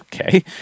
okay